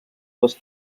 les